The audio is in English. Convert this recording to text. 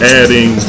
adding